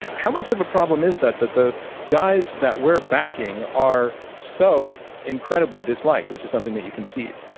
how much of a problem is that, that the guys that we're backing are so incredibly disliked, which is something that you concede?